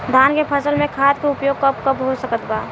धान के फसल में खाद के उपयोग कब कब हो सकत बा?